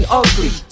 ugly